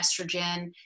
estrogen